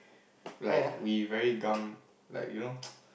like we very gam like you know